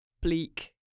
bleak